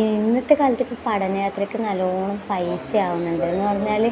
ഇന്നത്തെക്കാലത്ത് ഇപ്പം പഠനയാത്രയ്ക്ക് നല്ലവണ്ണം പൈസ ആവുന്നുണ്ട് എന്ന് പറഞ്ഞാൽ